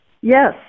Yes